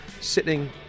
sitting